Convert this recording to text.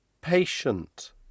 patient